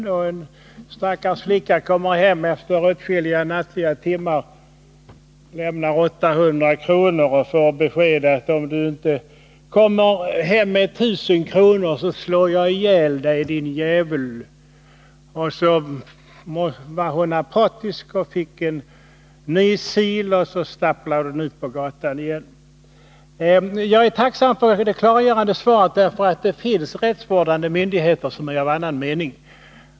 En stackars flicka kommer hem efter åtskilliga nattliga timmar och lämnar 800 kr., och får besked: ”Om du inte kommer hem med 1 000 kr. slår jag ihjäl dig din jävel!” Hon var apatisk, fick en ny sil och stapplade ut på gatan igen. Jag är tacksam för det klargörande svaret, för det finns rättsvårdande myndigheter som är av annan mening.